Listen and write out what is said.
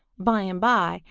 by and by,